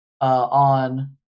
on